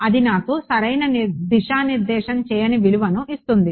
అది నాకు సరైన దిశానిర్దేశం చేయని విలువను ఇస్తుంది